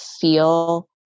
feel